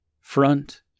front